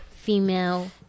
female